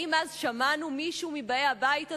האם שמענו מישהו מבאי הבית הזה,